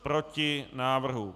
Proti návrhu.